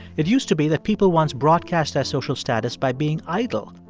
it used to be that people once broadcast their social status by being idle,